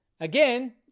Again